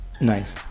Nice